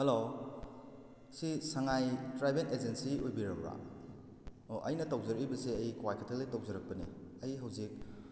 hello ꯁꯤ ꯁꯉꯥꯏ travel agency ꯑꯣꯏꯕꯤꯔꯕ ꯑꯣ ꯑꯩꯅ ꯇꯧꯖꯔꯛꯂꯤꯕꯁꯦ ꯑꯩ ꯀ꯭ꯋꯥꯀꯩꯊꯦꯜꯗꯩ ꯇꯧꯖꯔꯛꯄꯅꯤ ꯑꯩ ꯍꯧꯖꯤꯛ